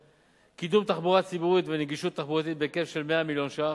3. קידום תחבורה ציבורית ונגישות תחבורתית בהיקף של כ-100 מיליון שקלים,